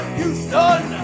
Houston